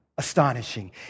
astonishing